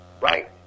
right